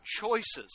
choices